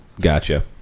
gotcha